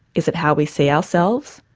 is it how we see ourselves?